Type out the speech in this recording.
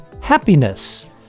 happiness